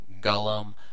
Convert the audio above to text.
Gollum